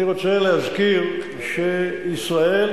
אני רוצה להזכיר שישראל,